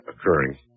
occurring